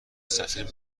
سفیر